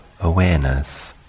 awareness